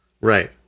Right